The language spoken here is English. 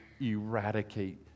eradicate